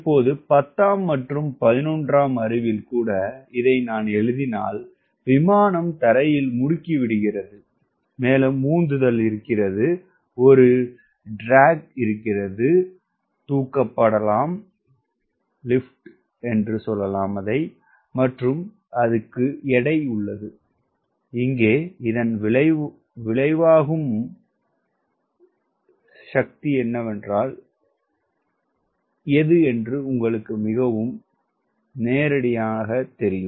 இப்போது பத்தாம் மற்றும் பதினொன்றாம் அறிவில் கூட இதை நான் எழுதினால் விமானம் தரையில் முடுக்கி விடுகிறது மேலும் உந்துதல் இருக்கிறது ஒரு இழுவை இருக்கிறது தூக்கப்படலாம் மற்றும் எடை இருக்கிறது இங்கே இதன் விளைவாகும் படைகள் இது உங்களுக்கு மிகவும் நேரடியானது